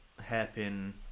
hairpin